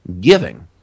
giving